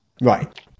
Right